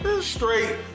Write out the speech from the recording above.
straight